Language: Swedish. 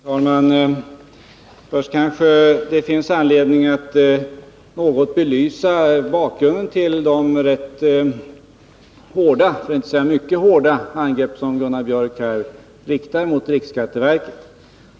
Herr talman! Först kanske det finns anledning att något belysa bakgrunden till de rätt hårda — för att inte säga mycket hårda — angrepp som Gunnar Biörck i Värmdö här riktar mot riksskatteverket.